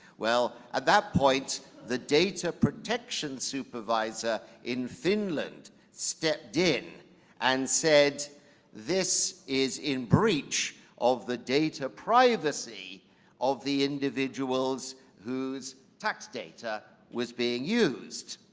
well, at that point, the data protection supervisor in finland stepped in and said this is in breach of the data privacy of the individuals whose tax data was being used.